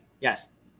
Yes